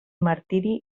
martiri